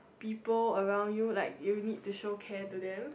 people around you like you need to show care to them